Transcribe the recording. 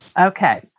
okay